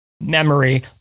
memory